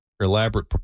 elaborate